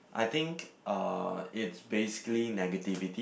I think uh it's basically negativity